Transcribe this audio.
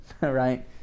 right